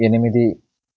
ఎనిమిది